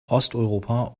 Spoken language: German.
osteuropa